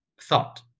thought